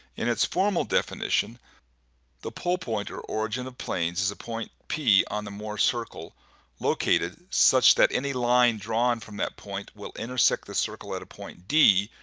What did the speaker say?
in its formal definition the pole point, or origin of planes, is a point, p, on the mohr circle located such that any line drawn from that point will intersect the circle at a point, d,